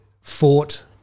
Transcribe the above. fought